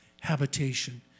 habitation